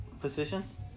positions